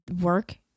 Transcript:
work